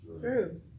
True